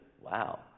Wow